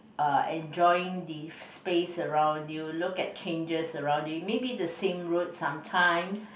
uh enjoying the space around you look at changes around you maybe the same road sometimes